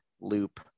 loop